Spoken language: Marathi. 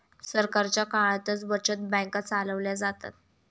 सरकारच्या काळातच बचत बँका चालवल्या जातात